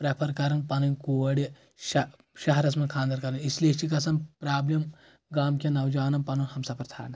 prefer کران پنٕنۍ کورِ شہ شہرس منٛز خانٛدر کرُن اس لیے چھِ گژھان پرابلم گامہٕ کؠن نوجوانن پنُن ہمسفر ژھانٛرنس منٛز